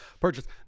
purchase